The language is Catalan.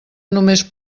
només